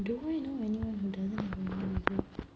do I know anyone who doesn't have any